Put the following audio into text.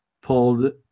pulled